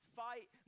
fight